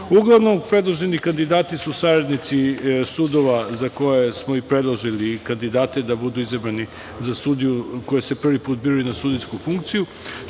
Kraljevu. Uglavnom, predloženi kandidati su saradnici sudova za koje smo i predložili kandidate da budu izabrani za sudiju koji se prvi put biraju na sudijsku funkciju,